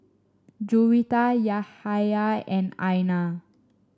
Juwita Yahya and Aina